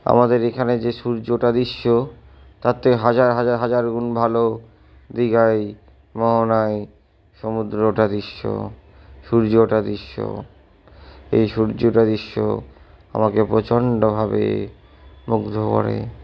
আমাদের এখানে যে সূর্য ওঠা দৃশ্য তার থেকে হাজার হাজার হাজার গুণ ভালো দিঘায় মোহনায় সমুদ্র ওঠা দৃশ্য সূর্য ওঠা দৃশ্য এই সূর্য ওঠা দৃশ্য আমাকে প্রচণ্ডভাবে মুগ্ধ করে